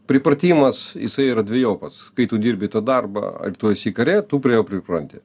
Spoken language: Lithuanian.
pripratimas jisai yra dvejopas kai tu dirbi tą darbą ar tu esi kare tu prie jo pripranti